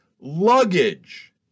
Luggage